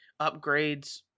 upgrades